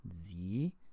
Sie